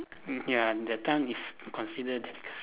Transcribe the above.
mm ya that time it's considered difficult